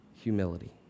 humility